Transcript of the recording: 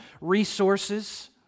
resources